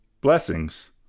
blessings